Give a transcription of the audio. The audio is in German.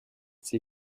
sie